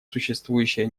существующее